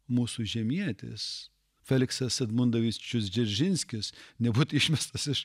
mūsų žemietis feliksas edmundovičius dzeržinskis nebūtų išmestas iš